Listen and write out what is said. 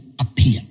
appear